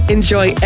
Enjoy